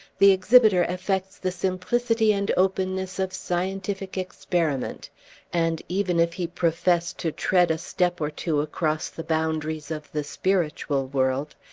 the exhibitor affects the simplicity and openness of scientific experiment and even if he profess to tread a step or two across the boundaries of the spiritual world,